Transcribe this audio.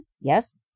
Yes